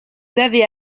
avez